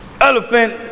Elephant